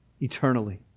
eternally